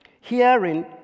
Hearing